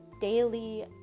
daily